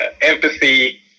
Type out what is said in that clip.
empathy